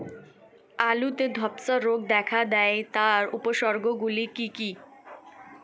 আলুতে ধ্বসা রোগ দেখা দেয় তার উপসর্গগুলি কি কি?